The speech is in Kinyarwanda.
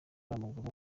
w’amaguru